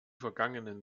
vergangenen